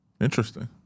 Interesting